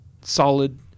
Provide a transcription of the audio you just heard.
solid